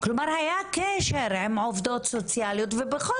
כלומר היה קשר עם עובדות סוציאליות ובכל